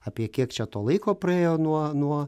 apie kiek čia to laiko praėjo nuo nuo